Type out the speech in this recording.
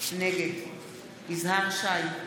נגד יזהר שי,